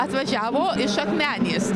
atvažiavo iš akmenės